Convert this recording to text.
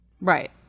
Right